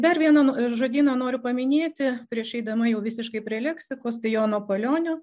dar vieną žodyną noriu paminėti prieš eidama jau visiškai prie leksikos tai jono palionio